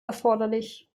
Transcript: erforderlich